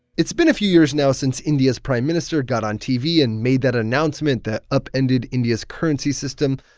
it's been a few years now since india's prime minister got on tv and made that announcement that upended india's currency system.